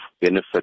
benefit